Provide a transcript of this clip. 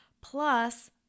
plus